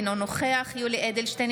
אינו נוכח יולי יואל אדלשטיין,